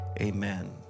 amen